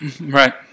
Right